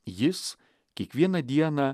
jis kiekvieną dieną